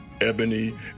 Ebony